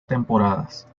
temporadas